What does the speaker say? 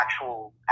actual